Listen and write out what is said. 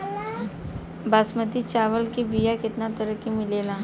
बासमती चावल के बीया केतना तरह के मिलेला?